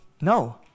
No